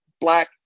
black